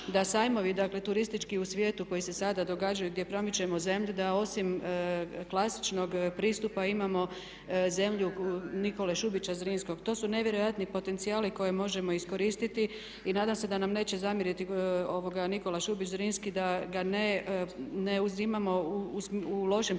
Da sajmovi, dakle turistički u svijetu koji se sada događaju gdje promičemo zemlju, da osim klasičnog pristupa imamo zemlju Nikole Šubića Zrinskog. To su nevjerojatni potencijali koje možemo iskoristiti. Nadam se da nam neće zamjeriti Nikola Šubić Zrinski da ga ne uzimamo u lošem smislu